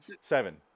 Seven